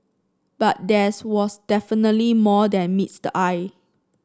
but there's was definitely more than meets the eye